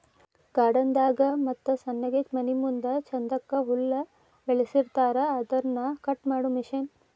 garden ದಾಗ ಮತ್ತ ಸಣ್ಣಗೆ ಮನಿಮುಂದ ಚಂದಕ್ಕ ಹುಲ್ಲ ಬೆಳಸಿರತಾರ ಅದನ್ನ ಕಟ್ ಮಾಡು ಮಿಷನ್